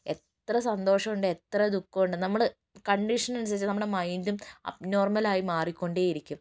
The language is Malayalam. എത്ര സന്തോഷമുണ്ട് എത്ര ദുഃഖമുണ്ട് നമ്മൾ കണ്ടീഷനനുസരിച്ച് നമ്മുടെ മൈൻ്റും അബ്നോർമലായി മാറിക്കൊണ്ടേയിരിക്കും